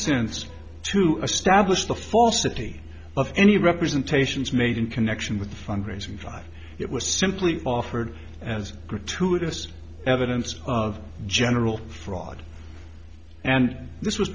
sense to establish the falsity of any representations made in connection with fundraising drive it was simply offered as gratuitous evidence of general fraud and this was